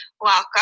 welcome